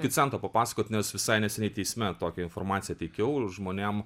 iki cento papasakot nes visai neseniai teisme tokią informaciją teikiau žmonėm